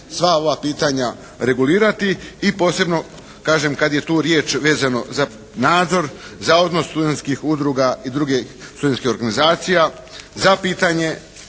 sva ova pitanja regulirati. I posebno kažem kad je tu riječ vezano za nadzor, za odnos studenskih udruga i drugih studenskih organizacija za pitanje